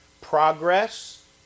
progress